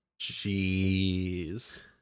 Jeez